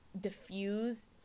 diffuse